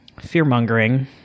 fear-mongering